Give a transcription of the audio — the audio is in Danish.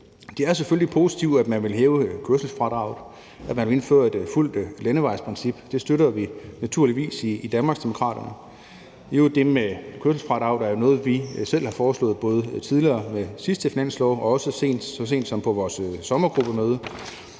Det er selvfølgelig positivt, at man vil hæve kørselsfradraget, og at man vil indføre et fuldt landevejsprincip. Det støtter vi naturligvis i Danmarksdemokraterne. Det med kørselsfradraget er jo noget, vi selv har foreslået både tidligere ved den forrige finanslov og så sent som på vores sommergruppemøde,